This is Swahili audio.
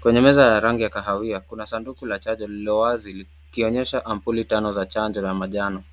Kwenye meza ya rangi ya kahawia, kuna sanduku la chanjo lililowazi likionyesha sampuli tano ya chanjo ya manjano.